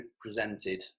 presented